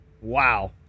Wow